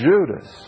Judas